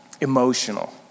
emotional